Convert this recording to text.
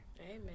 Amen